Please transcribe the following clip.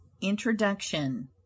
Introduction